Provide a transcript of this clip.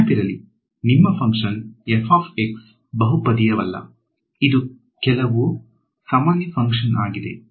ನಿನಪಿರಲಿ ನಮ್ಮ ಫಂಕ್ಷನ್ ಬಹುಪದೀಯವಲ್ಲ ಇದು ಕೆಲವು ಸಾಮಾನ್ಯ ಫಂಕ್ಷನ್ ಆಗಿದೆ